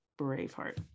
Braveheart